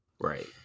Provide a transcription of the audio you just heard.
Right